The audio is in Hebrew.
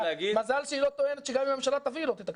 מזל שהיא לא טוענת שאם גם הממשלה תביא היא לא תתקצב.